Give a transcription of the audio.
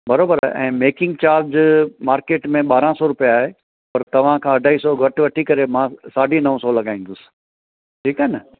बराबरि ऐं making charge market में ॿारहं सौ रुपए आहे पर तव्हां खां अढाई सौ घटि वठी करे मां साढी नव सौ लॻाइंदुसि ठीकु आहे न